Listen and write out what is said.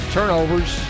Turnovers